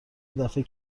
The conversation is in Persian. دفه